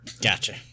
Gotcha